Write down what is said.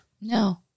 No